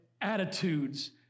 attitudes